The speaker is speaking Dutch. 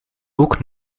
ook